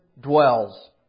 dwells